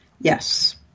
Yes